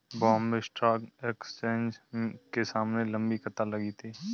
Bombay Stock Exchange के सामने लंबी कतार लगी थी